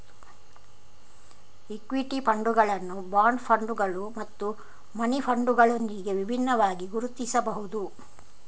equity ಫಂಡುಗಳನ್ನು bond ಫಂಡುಗಳು ಮತ್ತು ಮನಿ ಫಂಡುಗಳೊಂದಿಗೆ ವಿಭಿನ್ನವಾಗಿ ಗುರುತಿಸಬಹುದು